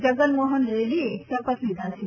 જગનમોહન રેડ્ડીએ શપથ લીધા છે